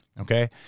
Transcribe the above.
okay